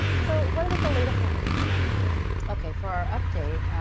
so what are the latest numbers in sonoma county? okay. for our update,